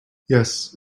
yes